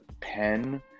pen